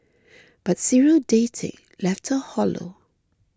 but serial dating left her hollow